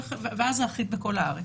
ואז זה אחיד בכל הארץ.